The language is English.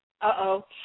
Uh-oh